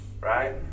right